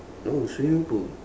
oh swimming pool